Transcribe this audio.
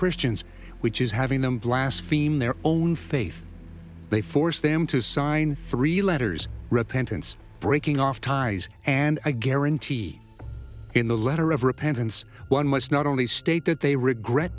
christians which is having them blast fim their own faith they force them to sign three letters repentance breaking off ties and a guarantee in the letter of repentance one must not only state that they regret